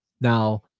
Now